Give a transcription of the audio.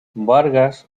vargas